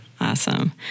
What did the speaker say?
Awesome